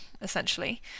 essentially